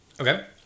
Okay